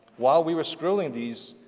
while we were scrolling these,